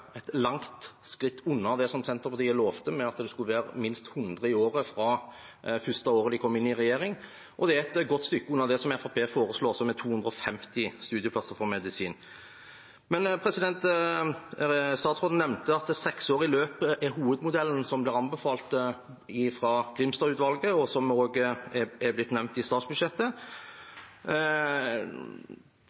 et langt skritt unna det som Senterpartiet lovte om at det skulle være minst 100 i året fra det første året de kom inn i regjering, og det er et godt stykke unna det som Fremskrittspartiet foreslo også, med 250 studieplasser på medisin. Statsråden nevnte at seksårig løp er hovedmodellen som blir anbefalt fra Grimstad-utvalget, og som også er blitt nevnt i statsbudsjettet.